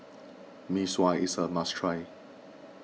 Mee Sua is a must try